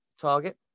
target